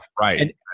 right